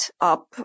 up